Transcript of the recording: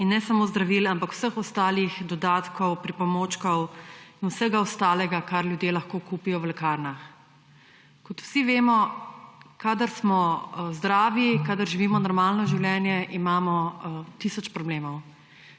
In ne samo zdravil, ampak tudi vseh ostalih dodatkov, pripomočkov, vsega ostalega, kar ljudje lahko kupijo v lekarnah. Kot vsi vemo, kadar smo zdravi, kadar živimo normalno življenje, imamo tisoč problemov.